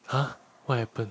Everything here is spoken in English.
!huh! what happened